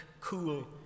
cool